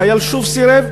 החייל שוב סירב,